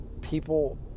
people